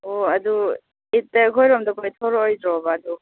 ꯑꯣ ꯑꯗꯨ ꯏꯤꯠꯇ ꯑꯩꯈꯣꯏꯔꯣꯝꯗ ꯀꯣꯏꯊꯣꯔꯛꯑꯣꯏꯗ꯭ꯔꯣꯕ ꯑꯗꯨ